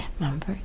Remember